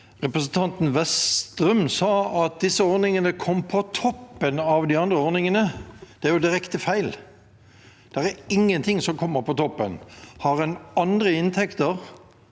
Representanten Westrum sa at disse ordningene kommer på toppen av de andre ordningene. Det er jo direkte feil. Det er ingenting som kommer på toppen. Har en andre inntekter